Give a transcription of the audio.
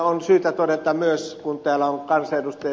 on syytä todeta myös kun täällä on ed